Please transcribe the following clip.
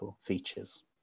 features